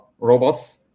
robots